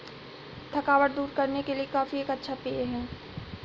थकावट दूर करने के लिए कॉफी एक अच्छा पेय है